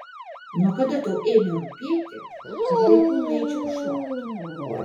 nuo kada tau ėmė rūpėti kad laiku nueičiau šokti